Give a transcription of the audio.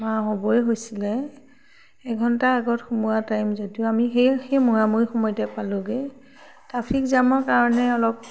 হ'বই হৈছিলে এঘণ্টাৰ আগত সোমোৱা টাইম যদিও আমি সেই সেই মূৰা মূৰি সময়তে পালোঁগৈ ট্ৰাফিক জামৰ কাৰণে অলপ